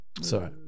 Sorry